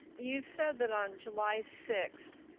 you said that on july six,